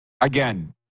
Again